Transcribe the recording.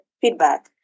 feedback